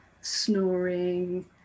snoring